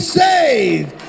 saved